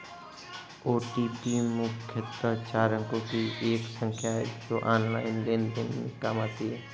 OTP मुख्यतः चार अंकों की एक संख्या है जो ऑनलाइन लेन देन में काम आती है